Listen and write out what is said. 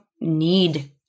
need